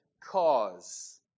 cause